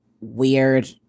weird